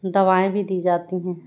दवाएँ भी दी जाती हैं